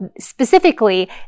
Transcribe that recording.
specifically